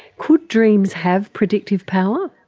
could dreams have predictive power?